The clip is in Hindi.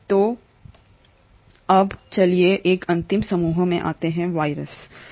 तो चलिए एक अंतिम समूह में आते हैं जो वायरस है